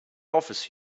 office